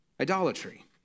Idolatry